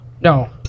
No